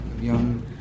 Young